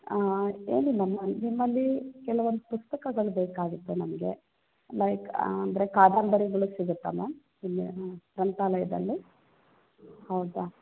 ಏನಿಲ್ಲ ಮ್ಯಾಮ್ ನಿಮ್ಮಲ್ಲಿ ಕೆಲವೊಂದು ಪುಸ್ತಕಗಳು ಬೇಕಾಗಿತ್ತು ನಮಗೆ ಲೈಕ್ ಅಂದರೆ ಕಾದಂಬರಿಗಳು ಸಿಗುತ್ತಾ ಮ್ಯಾಮ್ ಇಲ್ಲೆ ಹಾಂ ಗ್ರಂಥಾಲಯದಲ್ಲಿ ಹೌದಾ